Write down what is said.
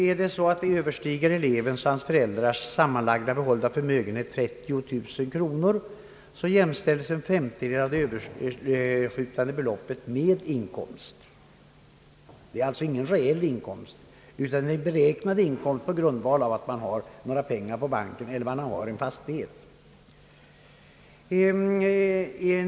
Om elevens och hans föräldrars sammanlagda behållna förmögenhet överstiger 30 000 kronor, jämställs en femtedel av det överskjutande beloppet med inkomst. Det rör sig alltså inte om någon reell inkomst utan det är en inkomst som beräknas på grundval av att man har pengar på banken eller en fastighet.